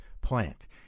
plant